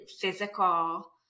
physical